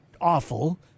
awful